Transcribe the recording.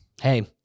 hey